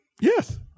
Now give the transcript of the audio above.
Yes